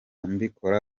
mbikora